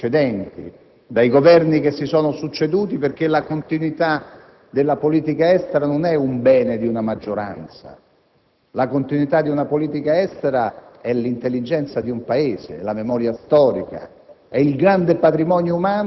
Non soltanto sulla continuità della politica estera il Parlamento è chiamato (come abbiamo fatto, più volte, noi dell'UDC) a dare dei richiami forti alla responsabilità degli uomini, delle donne, ma soprattutto dei Gruppi parlamentari,